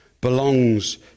belongs